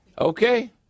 Okay